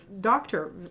doctor